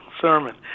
sermon